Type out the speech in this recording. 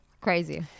Crazy